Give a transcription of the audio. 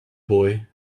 boy